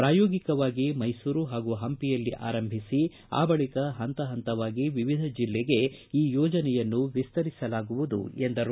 ಪ್ರಾಯೋಗಿಕವಾಗಿ ಮೈಸೂರು ಹಾಗೂ ಹಂಪಿಯಲ್ಲಿ ಆರಂಭಿಸಿ ಆ ಬಳಿಕ ಪಂತ ಪಂತವಾಗಿ ವಿವಿಧ ಜಿಲ್ಲೆಗೆ ಈ ಯೋಜನೆಯನ್ನು ವಿಸ್ತರಿಸಲಾಗುವುದು ಎಂದರು